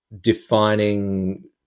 defining